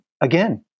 again